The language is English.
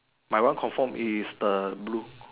my one confirm is the blue